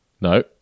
No